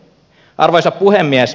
arvoisa puhemies